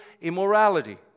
immorality